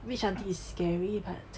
rich aunty is scary but